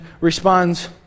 responds